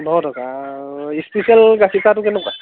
পোন্ধৰ টকা আৰু ইচপিচিয়েল গাখীৰ চাহটো কেনেকুৱা